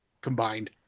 combined